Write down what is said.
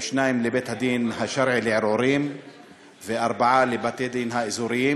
שניים לבית-הדין השרעי לערעורים וארבעה לבתי-הדין האזוריים.